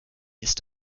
ist